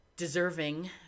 deserving